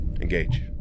engage